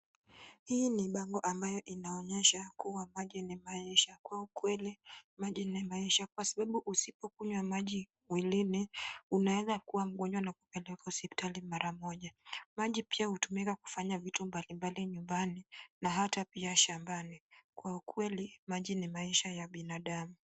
Hii ni bango ambayo inayoonyesha kuwa maji ni maisha. Kwa ukweli maji ni maisha kwa sababu usipokunywa maji mwilini, unaweza kuwa mgonjwa na kupelekwa hospitali mara moja. Maji pia hutumika kufanya vitu mbalimbali nyumbani na hata pia shambani. Kwa ukweli, maji ni maisha ya binadamu.